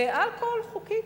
ואלכוהול הוא חוקי,